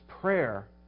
prayer